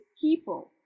people